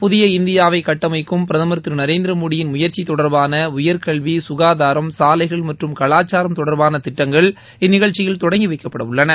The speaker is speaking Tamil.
புதிய இந்தியாவை கட்டமைக்கும் பிரதமா் திரு நரேந்திர மோடியின் முயற்சி தொடர்பான உயர்கல்வி சுகாதாரம் சாலைகள் மற்றும் கலாச்சாரம் தொடர்பான திட்டங்கள் இந்நிகழ்ச்சியில் தொடங்கி வைக்கப்படவுள்ளன